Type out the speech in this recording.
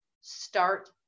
Start